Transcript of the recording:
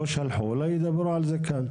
לא שלחו, אולי ידברו על זה כאן.